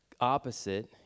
opposite